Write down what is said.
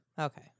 okay